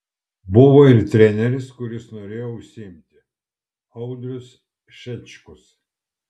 buvo ir treneris kuris norėjo užsiimti audrius šečkus